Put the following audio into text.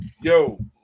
Yo